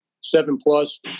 seven-plus